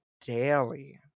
daily